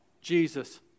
Jesus